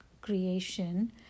creation